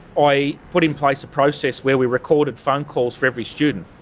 i put in place a process where we recorded phone calls for every student.